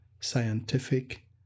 scientific